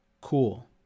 cool